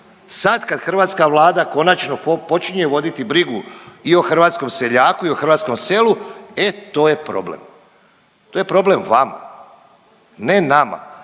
Sad kad hrvatska Vlada konačno počinje voditi brigu i o hrvatskom seljaku i o hrvatskom selu, e to je problem. To je problem vama, ne nama.